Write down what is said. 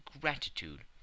gratitude